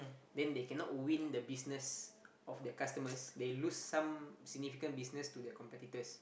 then they cannot win the business of their customers they lose some significant business to their competitors